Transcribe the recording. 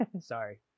sorry